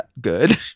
good